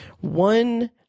One